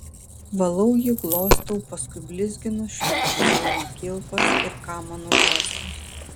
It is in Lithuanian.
valau jį glostau paskui blizginu šveičiu balno kilpas ir kamanų žąslus